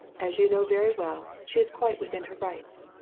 as you know very well, she is quite within her rights.